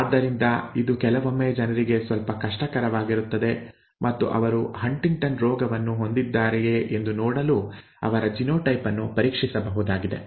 ಆದ್ದರಿಂದ ಇದು ಕೆಲವೊಮ್ಮೆ ಜನರಿಗೆ ಸ್ವಲ್ಪ ಕಷ್ಟಕರವಾಗಿರುತ್ತದೆ ಮತ್ತು ಅವರು ಹಂಟಿಂಗ್ಟನ್ ರೋಗವನ್ನು ಹೊಂದಿದ್ದಾರೆಯೇ ಎಂದು ನೋಡಲು ಅವರ ಜಿನೋಟೈಪ್ ಅನ್ನು ಪರೀಕ್ಷಿಸಬಹುದಾಗಿದೆ